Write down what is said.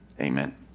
Amen